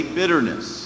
bitterness